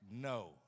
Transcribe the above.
No